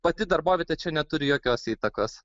pati darbovietė čia neturi jokios įtakos